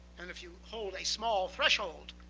and if you hold a small threshold,